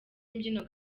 imbyino